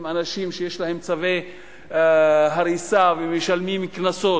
עם אנשים שיש להם צווי הריסה ומשלמים קנסות,